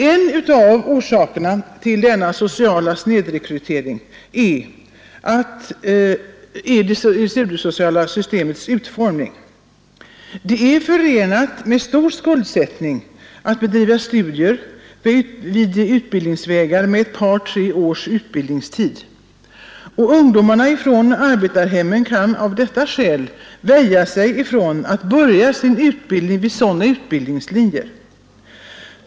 En av orsakerna till denna sociala snedvridning är det studiesociala systemets utformning. Det är förenat med stor skuldsättning att bedriva studier vid utbildningsvägar med ett par tre års utbildningstid. Ungdomarna från arbetarhemmen kan av detta skäl väja för att börja sin utbildning vid sådana utbildningslinjer.